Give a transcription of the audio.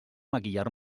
maquillar